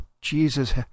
Jesus